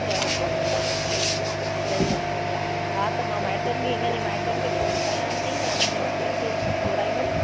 बराबर बराबरि सही आहे सही आहे हा त मां माइटनि खे इन्हनि जे माइटनि खे फ़ोन कयान थी या इन्हनि जे माइटनि खे घुराईंदमि